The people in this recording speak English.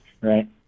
right